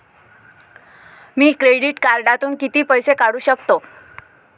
मी credit कार्डातून किती पैसे काढू शकतो?